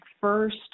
first